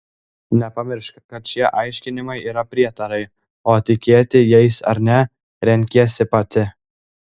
nepamiršk kad šie aiškinimai yra prietarai o tikėti jais ar ne renkiesi pati